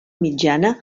mitjana